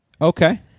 Okay